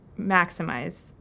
maximize